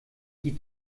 die